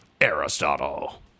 Aristotle